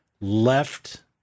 left